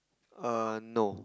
err no